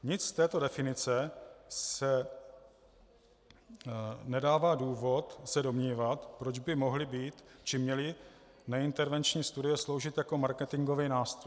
Nic z této definice nedává důvod se domnívat, proč by mohly být či měly neintervenční studie sloužit jako marketingový nástroj.